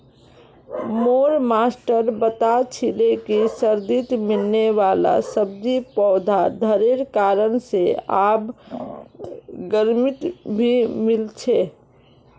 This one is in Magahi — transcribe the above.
मोर मास्टर बता छीले कि सर्दित मिलने वाला सब्जि पौधा घरेर कारण से आब गर्मित भी मिल छे